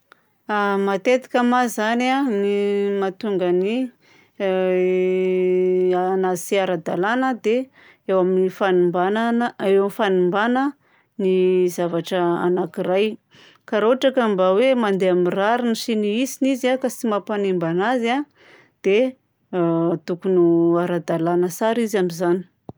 Matetika ma zany a ny mahatonga ny anona tsy ara-dalàna dia eo amin'ny fanimbana na- eo amin'ny fanimbana ny zavatra anankiray. Ka raha ohatra ka mba hoe mandeha amin'ny rariny sy ny hitsiny izy a ka tsy mampanimba anazy a dia tokony ho ara-dalàna tsara izy amin'izany.